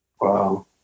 Wow